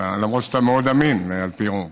למרות שאתה מאוד אמין על פי רוב.